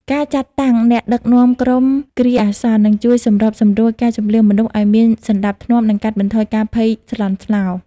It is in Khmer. ការចាត់តាំង អ្នកដឹកនាំក្រុមគ្រាអាសន្ន នឹងជួយសម្របសម្រួលការជម្លៀសមនុស្សឱ្យមានសណ្ដាប់ធ្នាប់ និងកាត់បន្ថយការភ័យស្លន់ស្លោ។